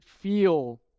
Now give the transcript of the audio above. feel